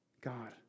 God